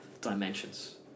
dimensions